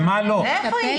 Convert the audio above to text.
איפה יש?